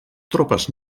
tropes